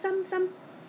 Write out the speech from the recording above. orh 或者是